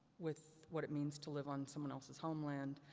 with what it means to live on someone else's homeland.